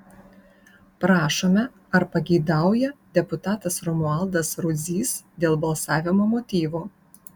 prašome ar pageidauja deputatas romualdas rudzys dėl balsavimo motyvų